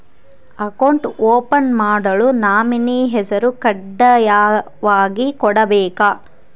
Account open ಮಾಡಲು nominee ಹೆಸರು ಕಡ್ಡಾಯವಾಗಿ ಕೊಡಬೇಕಾ?